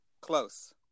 close